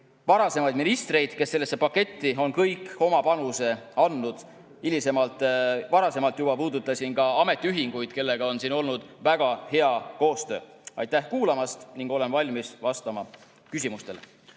varasemaid ministreid, kes sellesse paketti on kõik oma panuse andnud. Varasemalt juba puudutasin ka ametiühinguid, kellega on olnud väga hea koostöö. Aitäh kuulamast ja olen valmis vastama küsimustele.